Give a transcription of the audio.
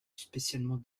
spécialement